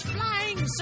Flying